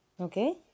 Okay